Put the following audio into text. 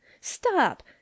stop